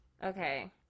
Okay